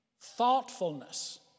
thoughtfulness